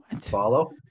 Follow